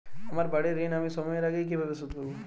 আমার বাড়ীর ঋণ আমি সময়ের আগেই কিভাবে শোধ করবো?